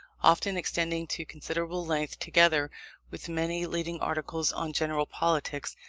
often extending to considerable length together with many leading articles on general politics,